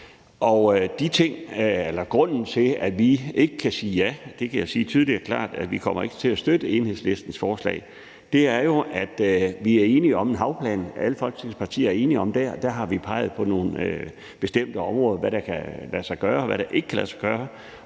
Grunden til, at vi ikke kan sige ja – og jeg kan sige tydeligt og klart, at vi ikke kommer til at støtte Enhedslistens forslag – er, at alle Folketingets partier er enige om en havplan, og der har vi peget på nogle bestemte områder, nemlig hvad der kan lade sig gøre, og hvad der ikke kan lade sig gøre,